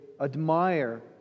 admire